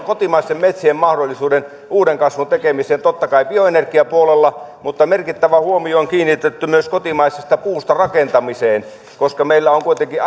kotimaisten metsien mahdollisuudet uuden kasvun tekemiseen totta kai bioenergiapuolella mutta merkittävä huomio on kiinnitetty myös kotimaisesta puusta rakentamiseen koska meillä on kuitenkin